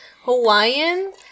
Hawaiian